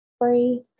Free